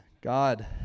God